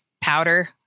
powder